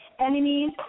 Enemies